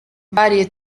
varie